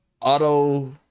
auto